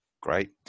Great